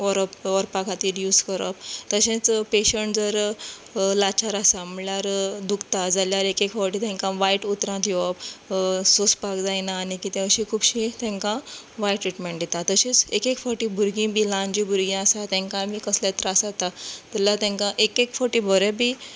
व्हरप व्हरपा खातीर यूज करप तशेंच पेशंट जर लाचार आसा म्हणल्यार दुकता जाल्यार एक एक फावटी तांकां वायट उतरां दिवप सोंसपाक जायना अशीं खुबशीं तांकां वायट ट्रिटमँट दितात तशेंच एक एक फावटी भुरगीं बी ल्हान जीं आसात तांकां आनी कसले त्रास जातात जाल्यार तांकां एक एक फावटी बरें बी